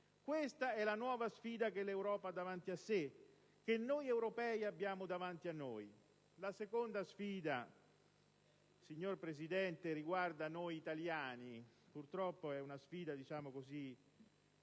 Questa è la nuova sfida che l'Europa ha davanti a sé, che noi europei abbiamo davanti a noi. La seconda sfida, signor Presidente, riguarda noi italiani; purtroppo è una sfida, diciamo così,